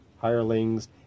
hirelings